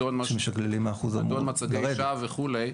אדון מצגי שווא וכו'.